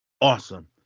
Awesome